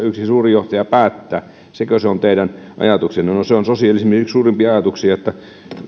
yksi suuri johtaja päättää sekö se on teidän ajatuksenne no se on sosialismin yksi suurimpia ajatuksia että